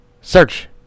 Search